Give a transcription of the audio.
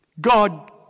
God